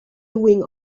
doing